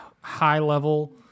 high-level